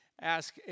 ask